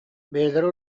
бэйэлэрэ